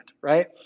right